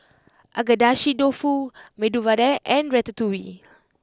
Agedashi Dofu Medu Vada and Ratatouille